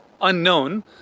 unknown